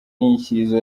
inyikirizo